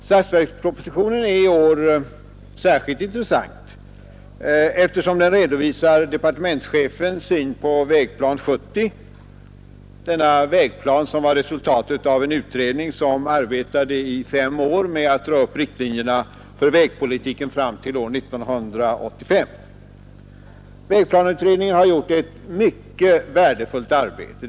Statsverkspropositionen är i år särskilt intressant, eftersom den redovisar departementschefens syn på Vägplan 1970, som var ett resultat av en utredning som arbetade i fem år för att dra upp riktlinjerna för vägpolitiken fram till år 1985. Vägplaneutredningen har gjort ett mycket värdefullt arbete.